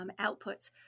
outputs